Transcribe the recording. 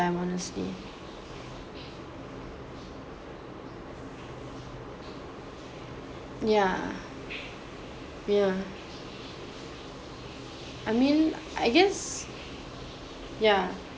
time honestly yeah yeah I mean I guess ya